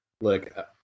look